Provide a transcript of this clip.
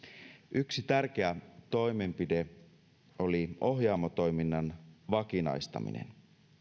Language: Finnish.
yksi tärkeä toimenpide oli ohjaamo toiminnan vakinaistaminen